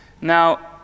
now